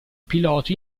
piloti